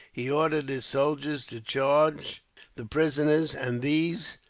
he ordered his soldiers to charge the prisoners, and these,